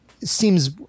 Seems